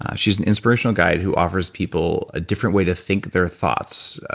she's an inspirational guide who offers people a different way to think their thoughts,